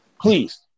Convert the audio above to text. Please